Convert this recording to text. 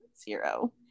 zero